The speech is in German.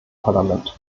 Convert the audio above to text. parlament